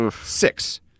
Six